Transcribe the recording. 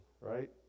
right